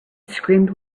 screamed